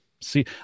See